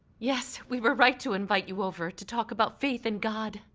yes, we were right to invite you over to talk about faith in god.